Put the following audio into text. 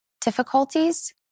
difficulties